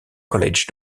college